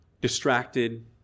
distracted